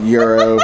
Euro